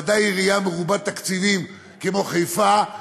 בוודאי עירייה מרובת תקציבים כמו חיפה.